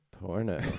porno